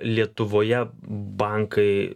lietuvoje bankai